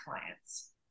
clients